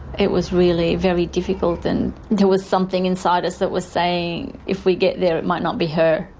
it was really very difficult and there was something inside us that was saying if we get there it might not be her.